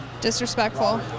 Disrespectful